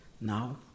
now